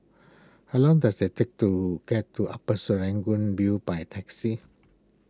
how long does it take to get to Upper Serangoon View by taxi